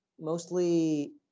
mostly